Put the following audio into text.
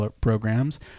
programs